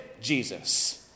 Jesus